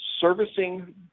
servicing